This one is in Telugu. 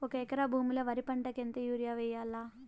ఒక ఎకరా భూమిలో వరి పంటకు ఎంత యూరియ వేయల్లా?